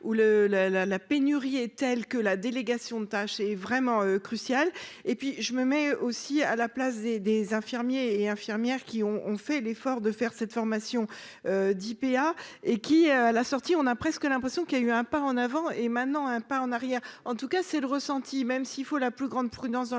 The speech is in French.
la, la pénurie est telle que la délégation de tâches et vraiment crucial et puis je me mets aussi à la place des des infirmiers et infirmières qui ont ont fait l'effort de faire cette formation d'IPA et qui, à la sortie, on a presque l'impression qu'il a eu un pas en avant et maintenant, un pas en arrière, en tout cas c'est le ressenti, même s'il faut la plus grande prudence dans